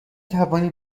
توانی